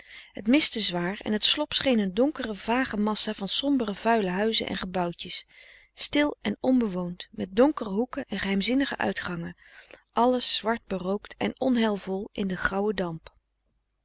het mistte zwaar en het slop scheen een donkere vage massa van sombere vuile huizen en gebouwtjes stil en onbewoond met donkere hoeken en geheimzinnige uitgangen alles zwart berookt en onheilvol frederik van